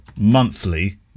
monthly